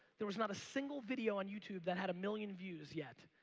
there's not a single video on youtube that had a million views yet.